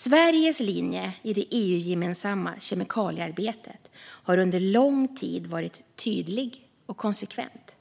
Sveriges linje i det EU-gemensamma kemikaliearbetet har under lång tid varit tydlig och konsekvent.